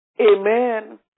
Amen